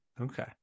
okay